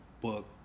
book